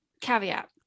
caveat